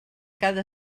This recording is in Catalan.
cada